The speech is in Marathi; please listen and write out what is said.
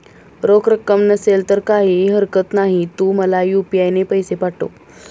रोख रक्कम नसेल तर काहीही हरकत नाही, तू मला यू.पी.आय ने पैसे पाठव